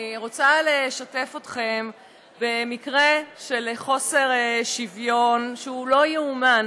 אני רוצה לשתף אתכם במקרה של חוסר שוויון שהוא לא ייאמן,